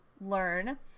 learn